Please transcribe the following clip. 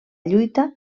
lluita